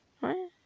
Right